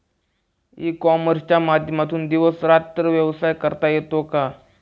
E कॉमर्सच्या माध्यमातून दिवस रात्र व्यवसाय करता येतो का?